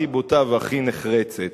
הכי בוטה והכי נחרצת: